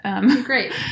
great